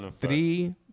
three